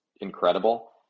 incredible